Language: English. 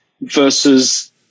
versus